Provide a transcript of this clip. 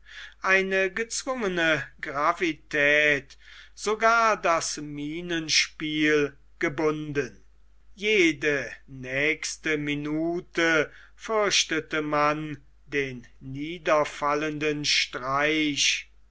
eine gezwungene gravität sogar das mienenspiel gebunden jede nächste minute fürchtete man den niederfallenden streich